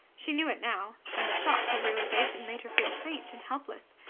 she knew it now, and the shock of realization made her feel faint and helpless.